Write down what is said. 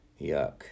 Yuck